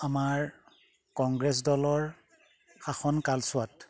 আমাৰ কংগ্ৰেছ দলৰ শাসন কালচোৱাত